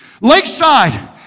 Lakeside